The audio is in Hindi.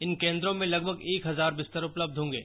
इन केंद्रों में लगभग एक हजार बिस्तर उपलब्ध होंगे